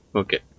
okay